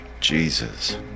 Jesus